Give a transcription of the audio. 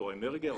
האנרגיה,